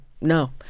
no